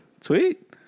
Sweet